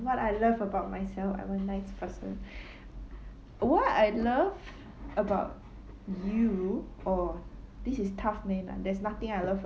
what I love about myself I'm a nice person what I love about you or this is tough man and there's nothing I love